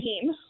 team